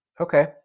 okay